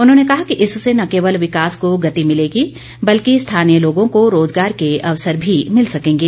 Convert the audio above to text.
उन्होंने कहा कि इससे न केवल विकास को गति मिलेगी बल्कि स्थानीय लोगों को रोजगार के अवसर भी मिल सकेंगे